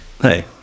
hey